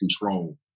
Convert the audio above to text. control